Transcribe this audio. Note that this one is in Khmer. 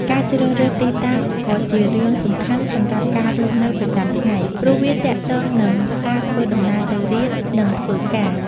ការជ្រើសរើសទីតាំងក៏ជារឿងសំខាន់សម្រាប់ការរស់នៅប្រចាំថ្ងៃ ព្រោះវាទាក់ទងនឹងការធ្វើដំណើរទៅរៀន និងធ្វើការ។